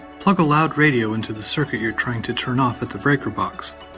plug a loud radio into the circuit you're trying to turn off at the breaker box.